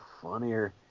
funnier